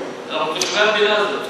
אנחנו תושבי המדינה הזאת.